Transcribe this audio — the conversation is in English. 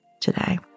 today